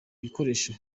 bikoresho